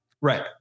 Right